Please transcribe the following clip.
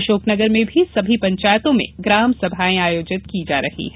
अशोकनगर में भी समी पंचायतों में ग्रामसभायें आयोजित की जा रही है